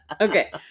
Okay